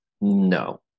No